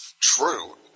true